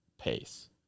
pace